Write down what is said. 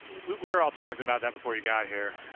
yeah, we were all talking about that before you got here.